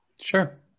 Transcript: Sure